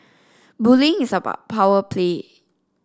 bullying is about power play